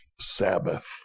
Sabbath